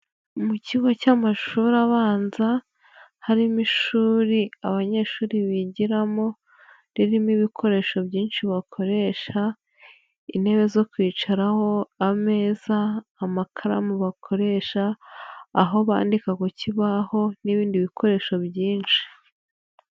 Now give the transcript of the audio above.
Mu kigo cy'amashuri abanza harimo ishuri abanyeshuri bigiramo, ririmo ibikoresho byinshi bakoresha intebe zo kwicaraho, ameza, amakaramu bakoresha, aho bandika ku kibaho n'ibindi bikoresho byinshi.